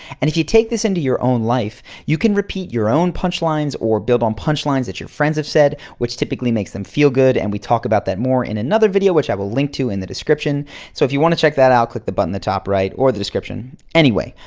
and if you take this into your own life, you can repeat your own punchlines or build on punchlines that your friends have said which typically makes them feel good and we talk about that more in another video which i will link to in the description so if you want to check that out, click the button the top right or the description. anyway,